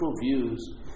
views